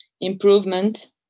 improvement